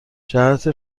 جهت